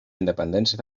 independència